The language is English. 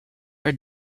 are